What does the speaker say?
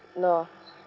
no